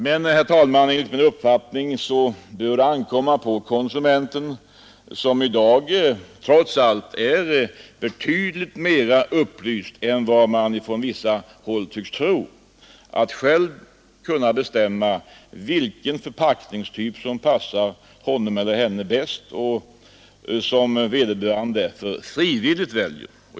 Men, herr talman, enligt min uppfattning bör det ankomma på konsumenten som i dag trots allt är betydligt mera upplyst än man från vissa håll tycks tro att själv bestämma vilken förpackningstyp som passar honom eller henne bäst och som vederbörande därför frivilligt väljer.